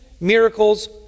miracles